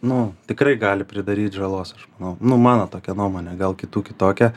nu tikrai gali pridaryt žalos aš manau nu mano tokia nuomonė gal kitų kitokia